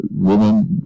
Women